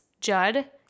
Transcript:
Judd